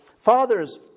Fathers